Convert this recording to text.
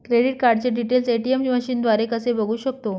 Credit कार्डचे details ATM मशीनद्वारे कसे बघू शकतो?